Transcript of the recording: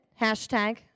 Hashtag